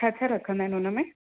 छा छा रखंदा अहिनि हुन में